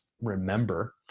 remember